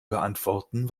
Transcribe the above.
beantworten